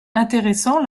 intéressant